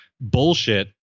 bullshit